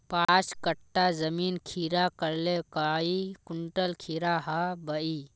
पाँच कट्ठा जमीन खीरा करले काई कुंटल खीरा हाँ बई?